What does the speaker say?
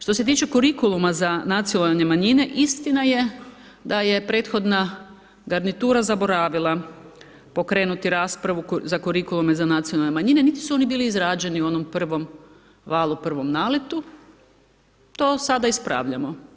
Što se tiče kurikuluma za nacionalne manjine, istina je da je prethodna garnitura zaboravila pokrenuti raspravu za kurikulume za nacionalne manjine, niti su oni bili izrađeni u onom prvom valu, prvom naletu, to sada ispravljamo.